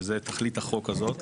שזו תכלית החוק הזאת,